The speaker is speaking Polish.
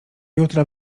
jutra